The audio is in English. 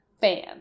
fan